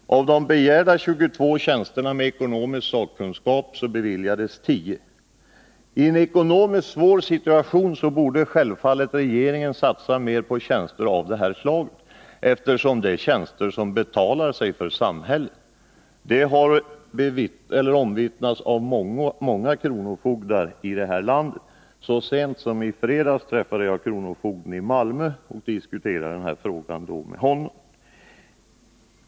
Av de begärda 22 tjänsterna med ekonomisk sakkunskap beviljades 10. I en ekonomiskt svår situation borde regeringen självfallet satsa mer på tjänster av det här slaget. Det är ju tjänster som betalar sig för samhället. Detta har omvittnats av många kronofogdar i det här landet. Så sent som i fredags träffade jag kronofogden i Malmö och diskuterade då den här frågan.